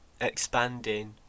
expanding